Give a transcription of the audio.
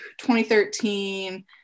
2013